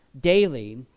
daily